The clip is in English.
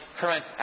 current